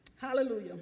Hallelujah